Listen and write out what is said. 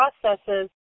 processes